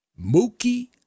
Mookie